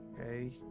Okay